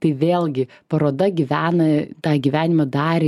tai vėlgi paroda gyvena tą gyvenimą dar